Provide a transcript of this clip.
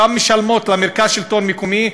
כמה הן משלמות למרכז השלטון המקומי,